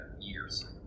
years